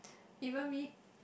even me